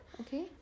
Okay